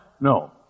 No